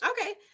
Okay